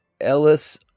Ellis